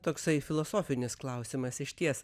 toksai filosofinis klausimas išties